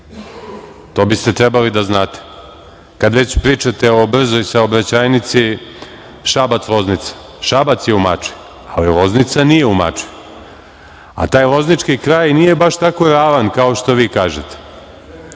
To biste trebali da znate, kad već pričate o brzoj saobraćajnici Šabac-Loznica. Šabac je u Mačvi, ali Loznica nije u Mačvi. A taj loznički kraj nije baš tako ravan kao što vi kažete.